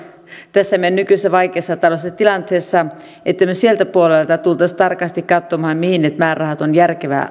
tässä meidän nykyisessä vaikeassa taloudellisessa tilanteessa se että me sieltä puolelta tulisimme tarkasti katsomaan mihin ne määrärahat on järkevää